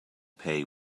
pay